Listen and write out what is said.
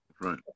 Right